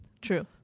True